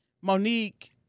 Monique